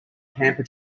camper